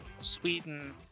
Sweden